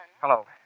Hello